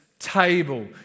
table